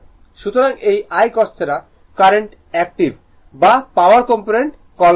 সুতরাং এই I cos θ current active বা পাওয়ার কম্পোনেন্ট কল করুন